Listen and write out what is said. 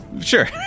sure